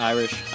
Irish